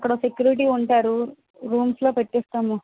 అక్కడో సెక్యూరిటీ ఉంటారు రూమ్స్లో పెట్టిస్తాము